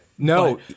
No